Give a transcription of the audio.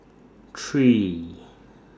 three